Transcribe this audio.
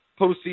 postseason